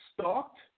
stalked